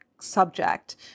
subject